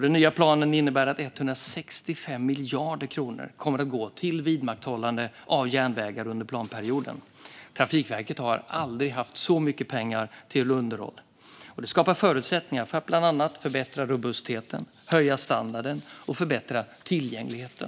Den nya planen innebär att 165 miljarder kronor kommer att gå till vidmakthållande av järnvägar under planperioden. Trafikverket har aldrig haft så mycket pengar till underhåll. Det skapar förutsättningar för att bland annat förbättra robustheten, höja standarden och förbättra tillgängligheten.